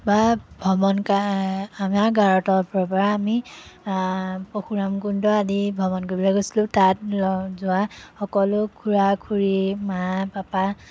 বা ভ্ৰমণকা আ আমাৰ গাঁৱৰ তৰফৰ পৰা আমি আ পৰশুৰাম কুণ্ড আদি ভ্ৰমণ কৰিবলৈ গৈছিলোঁ তাত আ যোৱা সকলো খুৰা খুৰী মা পাপা